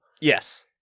Yes